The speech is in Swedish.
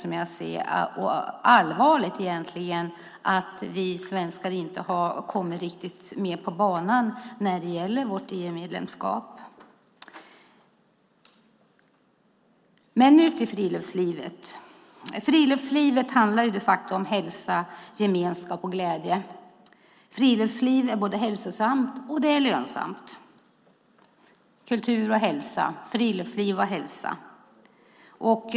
Det är allvarligt, som jag ser det, att vi svenskar inte riktigt kommit med på banan när det gäller vårt EU-medlemskap. Nu till friluftslivet: Friluftslivet handlar om hälsa, gemenskap och glädje. Friluftsliv är både hälsosamt och lönsamt - kultur och hälsa, friluftsliv och hälsa.